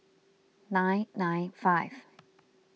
nine nine five